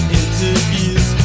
interviews